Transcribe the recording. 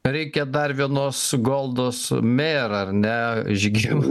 reikia dar vienos goldos mėr ar ne žygiman